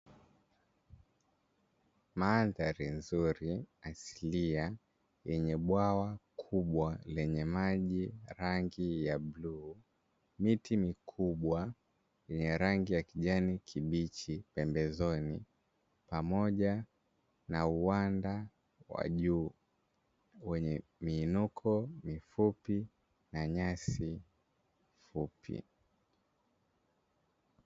Mandhari nzuri asilia yenye bwawa kubwa lenye maji rangi ya bluu, miti mikubwa yenye rangi ya kijani kibichi pembezoni, pamoja na uwanda wa juu wenye miinuko mifupi na nyasi fupi.